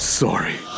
sorry